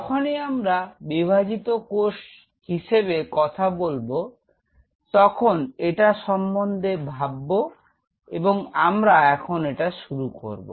যখনই আমরা বিভাজিত কোষ হিসেবে কথা বলব তখন এটা সম্বন্ধে ভাববে এবং আমরা এখন এটা শুরু করব